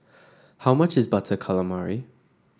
how much is Butter Calamari